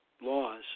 laws